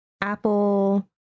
apple